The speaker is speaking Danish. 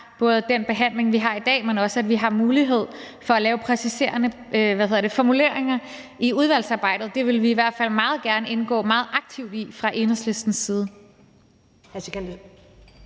har den behandling, vi har i dag, men at vi også har mulighed for at lave præciserende formuleringer i udvalgsarbejdet. Det vil vi i hvert fald meget gerne indgå meget aktivt i fra Enhedslistens side.